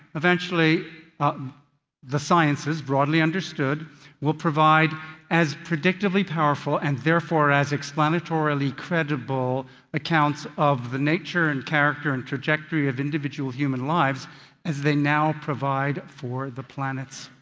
eventually, um the sciences broadly understood will provide as predictably powerful and therefore as explanatorily credible accounts of the nature and character and trajectory of individual human lives as they know provide for the planets.